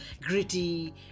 gritty